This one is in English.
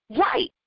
Right